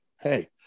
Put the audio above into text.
Hey